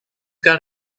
got